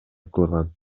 кылган